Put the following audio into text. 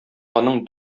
аның